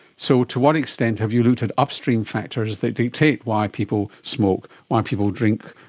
so to what extent have you looked at upstream factors that dictate why people smoke, why people drink,